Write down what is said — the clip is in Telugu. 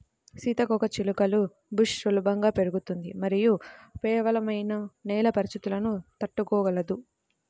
సీతాకోకచిలుక బుష్ సులభంగా పెరుగుతుంది మరియు పేలవమైన నేల పరిస్థితులను తట్టుకోగలదు